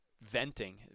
venting